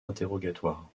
interrogatoires